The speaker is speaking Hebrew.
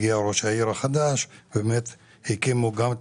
הגיע ראש העיר החדש ובאמת הקימו גם את